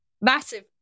massive